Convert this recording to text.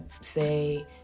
say